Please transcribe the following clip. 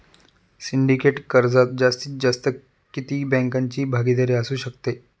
Syndicate कर्जात जास्तीत जास्त किती बँकांची भागीदारी असू शकते?